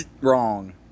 Wrong